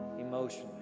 emotionally